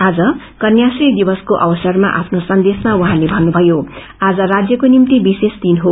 आज कन्याश्री दिवसको अवसरमा आफ्नो संदेशमा उहाँले भन्नुभयो आ राज्यको निम्ति विशेष दिन हो